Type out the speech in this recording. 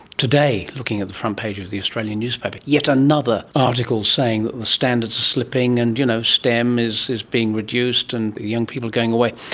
today, looking at the front page of the australian newspaper, yet another article saying that the standards are slipping and you know stem is is being reduced and young people are going away.